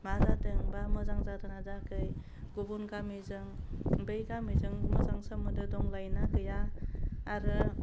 मा जादों बा मोजां जादों ना जायाखै गुबुन गामिजों बै गामिजों मोजां सोमोन्दो दंलायो ना गैया आरो